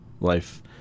life